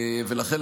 לכן,